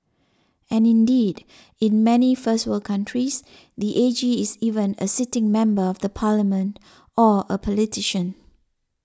and indeed in many first world countries the A G is even a sitting member of the parliament or a politician